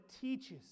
teaches